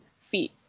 feet